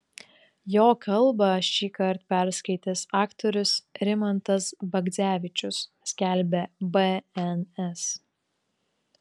jo kalbą šįkart perskaitys aktorius rimantas bagdzevičius skelbė bns